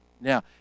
Now